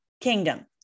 kingdom